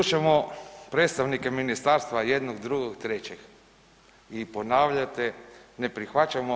Slušamo predstavnike ministarstva jednog, drugog, trećeg i ponavljate „ne prihvaćamo“